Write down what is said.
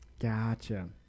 Gotcha